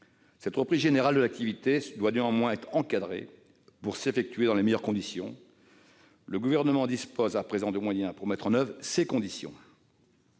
Cette reprise générale de l'activité doit néanmoins être encadrée pour s'effectuer dans les meilleures conditions. Le Gouvernement dispose à présent de moyens pour mettre en oeuvre ces conditions.